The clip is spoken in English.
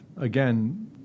again